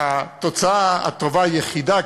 התוצאה הטובה היחידה,